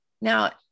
Now